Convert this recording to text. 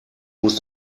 muss